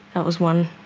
that was one.